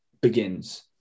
begins